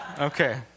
Okay